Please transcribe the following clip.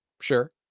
Sure